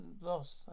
lost